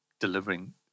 delivering